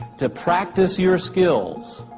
to practice your skills,